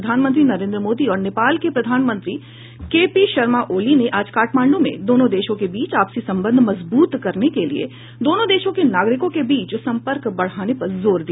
प्रधानमंत्री नरेन्द्र मोदी और नेपाल के प्रधानमंत्री केपीशर्मा ओली ने आज काठमांड् में दोनों देशों के बीच आपसी संबंध मजबूत करने के लिये दोनों देशों के नागरिकों के बीच संपर्क बढ़ाने पर भी जोर दिया